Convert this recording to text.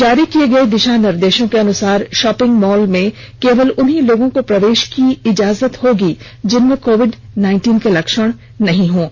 जारी किए गए दिशा निर्देश के अनुसार शापिंग मॉल में केवल उन्हीं लोगों को प्रवेश की इजाजत होगी जिनमें कोविड के लक्षण नहीं पाए जाएगें